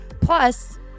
Plus